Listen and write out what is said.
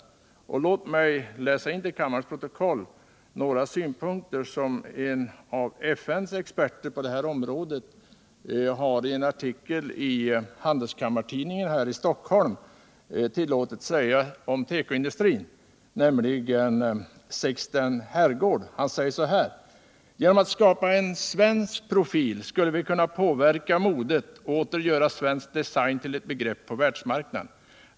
Låt mig i det sammanhanget läsa in till kammarens protokoll några synpunkter på tekoindustrin som en av FN:s experter på detta område, Sighsten Herrgård, tillåtits framföra i en artikel i Handelskammartidningen. Sighsten Herrgård säger följande: "Genom att skapa en svensk profil skulle vi kunna påverka modet och åter göra svensk design till ett begrepp på världsmarknaden.